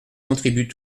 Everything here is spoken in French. contribuent